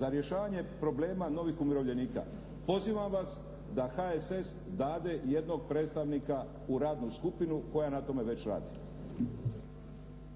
za rješavanje problema novih umirovljenika pozivam vas da HSS dade jednog predstavnika u radnu skupinu koja na tome već radi.